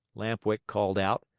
lamp-wick called out.